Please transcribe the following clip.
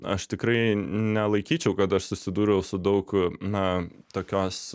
aš tikrai nelaikyčiau kad aš susidūriau su daug na tokios